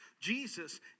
Jesus